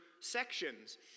sections